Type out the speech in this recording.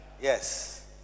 yes